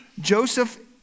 Joseph